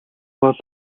бол